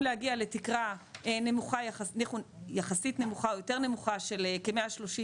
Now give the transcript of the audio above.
להגיע לתקרה יחסית נמוכה או יותר נמוכה של כ-130,000,